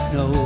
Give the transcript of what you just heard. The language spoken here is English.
no